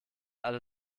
alle